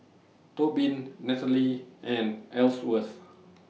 Tobin Natalie and Ellsworth